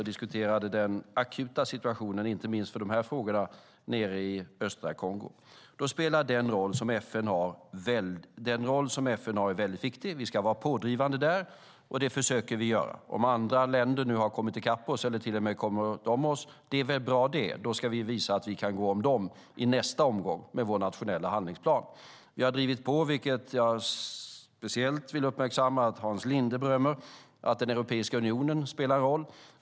Vi diskuterade den akuta situationen inte minst för de här frågorna nere i östra Kongo. Den roll som FN har är väldigt viktig. Vi ska vara pådrivande där, och det försöker vi vara. Om andra länder nu har kommit i kapp oss eller till och med har kommit om oss är väl bra, och då ska vi visa att vi kan gå om dem i nästa omgång, med vår nationella handlingsplan. Vi har drivit på - vilket jag speciellt vill uppmärksamma att Hans Linde berömmer - att Europeiska unionen spelar roll.